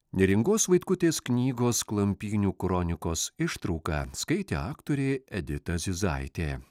neringos vaitkutės knygos klampynių kronikos ištrauką skaitė aktorė edita zizaitė